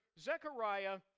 Zechariah